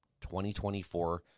2024